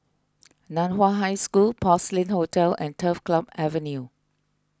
Nan Hua High School Porcelain Hotel and Turf Club Avenue